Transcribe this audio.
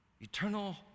eternal